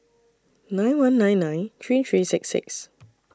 nine one nine nine three three six six